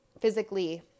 physically